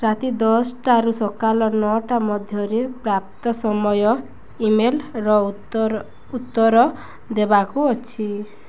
ରାତି ଦଶ ଟାରୁ ସକାଳ ନଅଟା ମଧ୍ୟରେ ପ୍ରାପ୍ତ ସମସ୍ତ ଇମେଲ୍ର ଉତ୍ତର ଦେବାକୁ ଅଛି